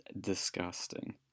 disgusting